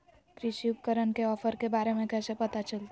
कृषि उपकरण के ऑफर के बारे में कैसे पता चलतय?